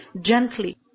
gently